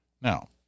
Now